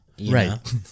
right